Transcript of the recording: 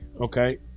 Okay